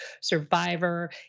survivor